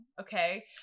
Okay